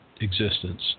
existence